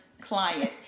client